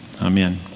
amen